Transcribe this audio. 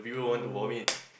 yeah lah